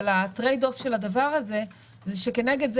אבל ה-trade-off של הדבר הזה זה שכנגד זה